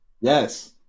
yes